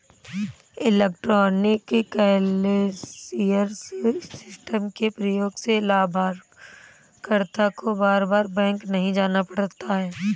electronic clearance system के प्रयोग से लाभकर्ता को बार बार बैंक नहीं जाना पड़ता है